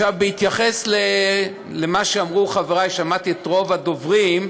בהתייחס למה שאמרו חברי, שמעתי את רוב הדוברים,